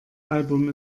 album